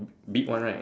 big one right